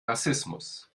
rassismus